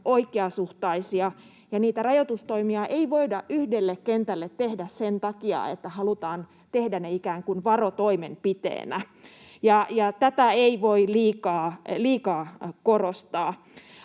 oikeasuhtaisia. Niitä rajoitustoimia ei voida yhdelle kentälle tehdä sen takia, että halutaan tehdä ne ikään kuin varotoimenpiteenä. Tätä ei voi liikaa korostaa.